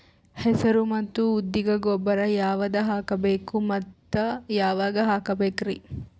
ಹೆಸರು ಮತ್ತು ಉದ್ದಿಗ ಗೊಬ್ಬರ ಯಾವದ ಹಾಕಬೇಕ ಮತ್ತ ಯಾವಾಗ ಹಾಕಬೇಕರಿ?